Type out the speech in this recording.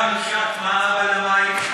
גם הושת מע"מ על המים,